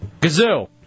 Gazoo